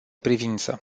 privință